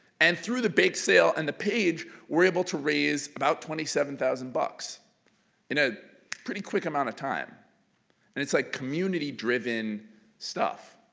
and through the bake sale and the page we're able to raise about twenty seven thousand dollars in a pretty quick amount of time and it's like community driven stuff.